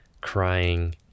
crying